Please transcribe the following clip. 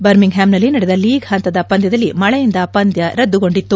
ಬರ್ಮಿಂಗ್ಹ್ಯಾಮ್ನಲ್ಲಿ ನಡೆದ ಲೀಗ್ ಹಂತದ ಪಂದ್ಯದಲ್ಲಿ ಮಳೆಯಿಂದ ಪಂದ್ಯ ರದ್ದುಗೊಂಡಿತ್ತು